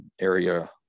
area